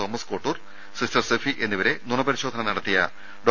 Thomas Kottoor sister Sephy എന്നിവരെ നുണ പരിശോധന നടത്തിയ ഡോ